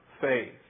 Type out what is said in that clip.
faith